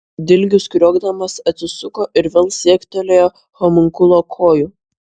dilgius kriokdamas atsisuko ir vėl siektelėjo homunkulo kojų